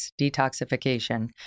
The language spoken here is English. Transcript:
detoxification